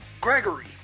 Gregory